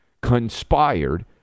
conspired